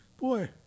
Boy